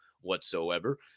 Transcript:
whatsoever